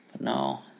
no